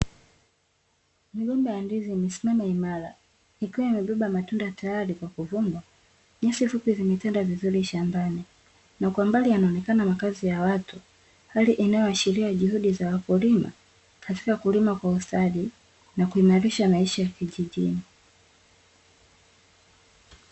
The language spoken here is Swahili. Migomba ya ndizi imesimama imara ikiwa imebeba matunda tayari kwa kuvunwa, nyasi fupi zimetanda vizuri shambani, na kwa mbali yanaonekana makazi ya watu hali inayoashiria juhudi ya wakulima katika kulima kwa ustadi na kuimarisha maisha ya kijijini.